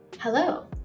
Hello